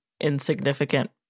insignificant